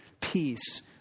peace